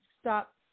stop